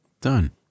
Done